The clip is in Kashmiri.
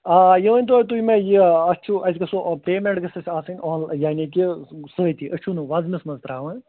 آ یہِ ؤنۍ تَو تُہۍ مےٚ یہِ اَتھ چھُو اَسہِ گژھَو پیٚمٮ۪نٛٹ گٔژھ اَسہِ آسٕنۍ آن لاین یعنی کہِ سۭتی أسۍ چھُو نہٕ وۅزمَس منٛز ترٛاوان